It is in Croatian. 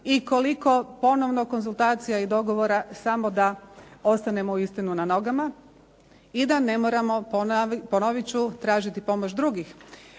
i koliko ponovno konzultacija i dogovora samo da ostanemo uistinu na nogama i da ne moramo, ponoviti ću, tražiti pomoć drugih.